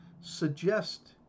suggest